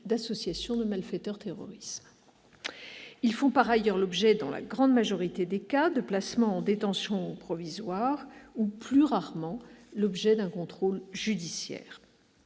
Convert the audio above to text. d'association de malfaiteurs terroristes. Ils font par ailleurs l'objet, dans la grande majorité des cas, d'un placement en détention provisoire ou, plus rarement, de mesures de contrôle judiciaire.